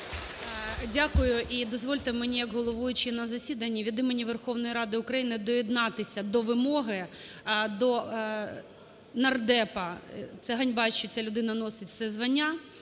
Дякую. І дозвольте мені як головуючій на засіданні від імені Верховної Ради України доєднатися до вимоги, до нардепа. Це ганьба, що ця людина носить це звання.